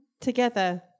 Together